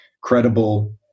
credible